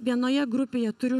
vienoje grupėje turiu